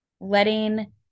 letting